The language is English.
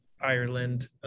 Ireland